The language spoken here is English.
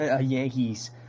Yankees